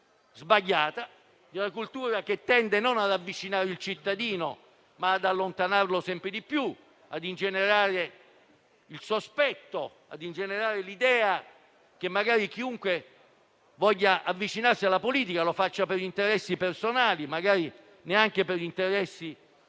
sbagliata, che tende non ad avvicinare il cittadino, ma ad allontanarlo sempre di più e a ingenerare il sospetto e l'idea che chiunque voglia avvicinarsi alla politica lo faccia per interessi personali, magari neanche legali, e